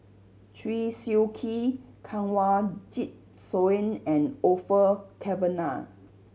Chew Swee Kee Kanwaljit Soin and Orfeur Cavenagh